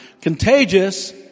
Contagious